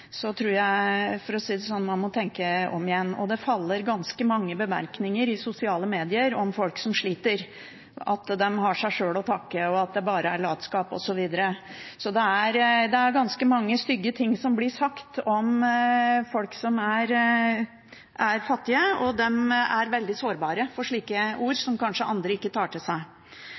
tror jeg man må tenke om igjen. Det faller ganske mange bemerkninger i sosiale medier om folk som sliter – at de har seg selv å takke, at det bare er latskap osv. Så det er ganske mange stygge ting som blir sagt om folk som er fattige, og de er veldig sårbare for slike ord,